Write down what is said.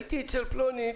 הייתי אצל פלונית,